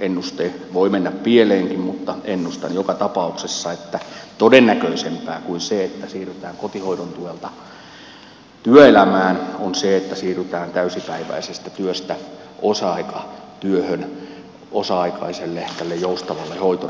ennuste voi mennä pieleenkin mutta ennustan joka tapauksessa että todennäköisempää kuin se että siirrytään kotihoidon tuelta työelämään on se että siirrytään täysipäiväisestä työstä osa aikatyöhön osa aikaiselle joustavalle hoitorahalle